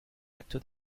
acte